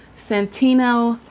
santino.